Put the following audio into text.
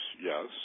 yes